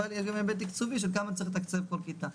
אבל יש גם היבט תקצובי של כמה צריך לתקצב כל כיתה.